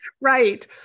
right